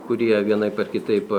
kurie vienaip ar kitaip